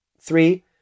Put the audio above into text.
three